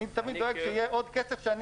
אני תמיד דואג שיהיה עוד כסף שאני